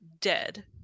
dead